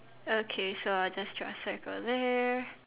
okay so I'll just draw a circle there